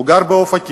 הוא גר באופקים.